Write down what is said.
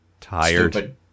tired